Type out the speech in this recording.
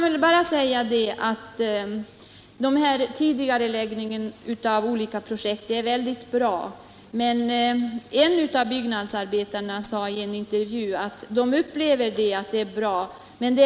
På vissa orter har emellertid icke önskvärda konsekvenser uppstått som exempelvis svårigheter för expansiva företag att rekrytera personal.